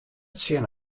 tsjin